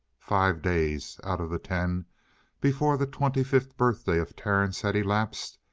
five days out of the ten before the twenty-fifth birthday of terence had elapsed,